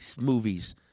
movies